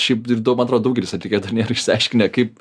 šiaip ir dau man atrodo daugelis atlikėjų dar nėra išsiaiškinę kaip